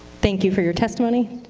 thank you for your testimony.